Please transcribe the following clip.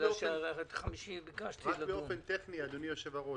רק באופן טכני, אדוני היושב-ראש,